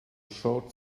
short